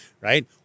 right